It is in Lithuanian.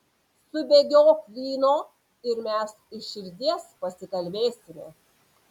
subėgiok vyno ir mes iš širdies pasikalbėsime